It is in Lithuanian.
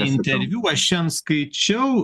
interviu aš šiandien skaičiau